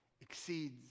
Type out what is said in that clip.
exceeds